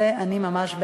ואני ממש בעד.